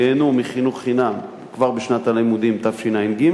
ייהנו מחינוך חינם כבר בשנת הלימודים תשע"ג,